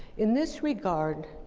in this regard,